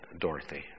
Dorothy